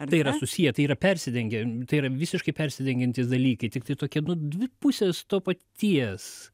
tai yra susiję tai yra persidengę tai yra visiškai persidengiantys dalykai tiktai tokie nu dvi pusės to paties